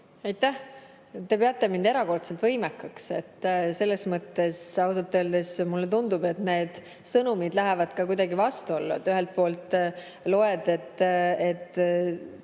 Aitäh! Te peate mind erakordselt võimekaks. Ausalt öeldes mulle tundub, et need sõnumid lähevad kuidagi vastuollu. Ühelt poolt loen, et